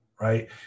right